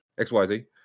XYZ